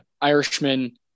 Irishman